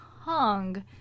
hung